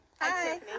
hi